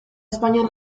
espainiar